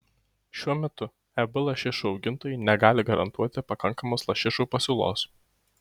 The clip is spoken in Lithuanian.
šiuo metu eb lašišų augintojai negali garantuoti pakankamos lašišų pasiūlos